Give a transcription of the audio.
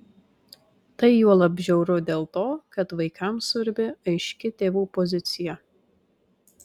tai juolab žiauru dėl to kad vaikams svarbi aiški tėvų pozicija